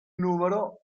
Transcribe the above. numero